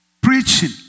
preaching